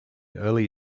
early